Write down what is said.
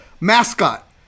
mascot